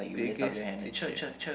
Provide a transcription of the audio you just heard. biggest teacher